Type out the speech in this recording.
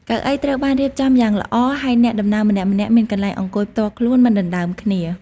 កៅអីត្រូវបានរៀបចំយ៉ាងល្អហើយអ្នកដំណើរម្នាក់ៗមានកន្លែងអង្គុយផ្ទាល់ខ្លួនមិនដណ្តើមគ្នា។